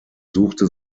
suchte